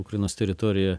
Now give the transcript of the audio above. ukrainos teritorijoe